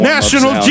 National